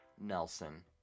Nelson